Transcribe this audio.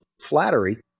flattery